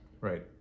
right